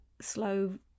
slow